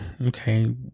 Okay